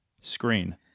screen